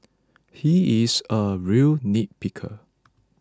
he is a real nitpicker